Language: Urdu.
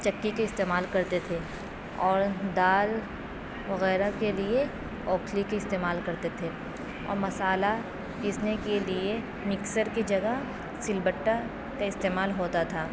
چکی کے استعمال کرتے تھے اور دال وغیرہ کے لیے اوکھلی کی استعمال کرتے تھے اور مسالہ پیسنے کے لیے مکسر کی جگہ سل بٹہ کا استعمال ہوتا تھا